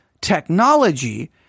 technology